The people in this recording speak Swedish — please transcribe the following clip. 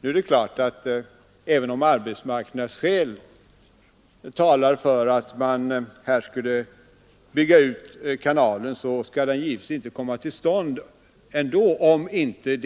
Nu är det klart att även om arbetsmarknadsskäl talar för en utbyggnad skall en sådan inte komma till stånd om det